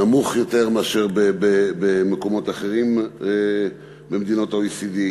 נמוך יותר מאשר במקומות אחרים במדינות ה-OECD.